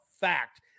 fact